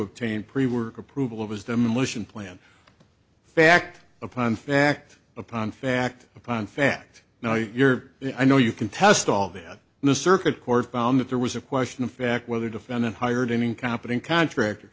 work approval of his demolition plan fact upon fact upon fact upon fact now your i know you can test all that in a circuit court found that there was a question of fact whether defendant hired an incompetent contractor